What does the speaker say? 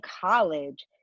college